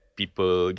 people